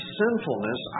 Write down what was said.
sinfulness